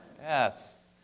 Yes